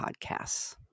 podcasts